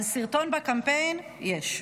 אבל סרטון בקמפיין, יש.